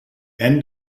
end